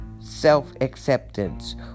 Self-Acceptance